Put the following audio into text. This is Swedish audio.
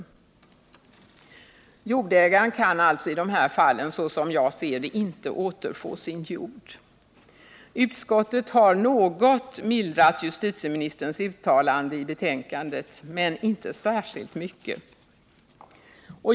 Jordägaren kan alltså i dessa fall, som jag ser det, inte återfå sin jord. Utskottet har något mildrat justitieministerns uttalande i betänkandet — men inte särskilt mycket.